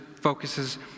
focuses